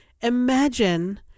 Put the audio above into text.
Imagine